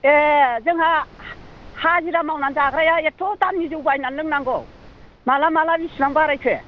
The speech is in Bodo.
ए जोंहा हाजिरा मावना जाग्राया एथ' दामनि जौ बायना लोंनांगौ माला माला इसिबां बारायखो